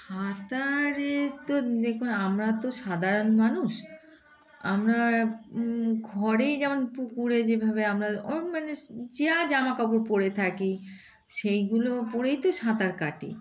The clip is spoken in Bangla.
সাঁতারে তো দেখুন আমরা তো সাধারণ মানুষ আমরা ঘরেই যেমন পুকুরে যেভাবে আমরা ওরকম মানে যা জামা কাপড় পরে থাকি সেইগুলো পরেই তো সাঁতার কাটি